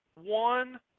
one